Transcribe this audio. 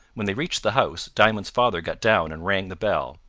when they reached the house, diamond's father got down and rang the bell.